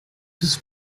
das